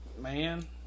Man